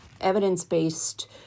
evidence-based